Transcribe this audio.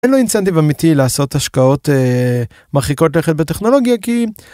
אין לו incentive אמיתי לעשות השקעות מרחיקות לכת בטכנולוגיה כי.